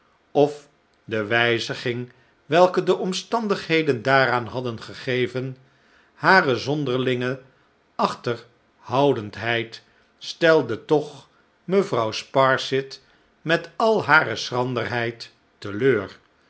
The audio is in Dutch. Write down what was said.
of de wijziging welke de omstandigheden daaraan hadden gegeven hare zonderlinge achterhoudendheid stelde toch mevrouw sparsit met al hare schranderheid teleur